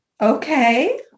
okay